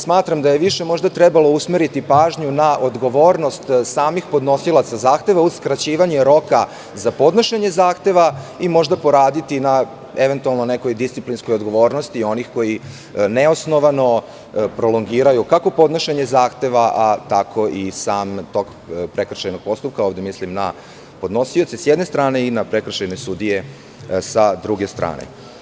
Smatram da je trebalo više usmeriti pažnju na odgovornost samih podnosilaca zahteva uz skraćivanje roka za podnošenje zahteva i možda poradi na nekoj disciplinskoj odgovornosti onih koji neosnovano prolongiraju kako podnošenja zahteva, tako i sam tok prekršajnog postupka, gde mislim na podnosioce sa jedne strane i na prekršajne sudije sa druge strane.